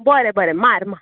बोरें बोरें मार मा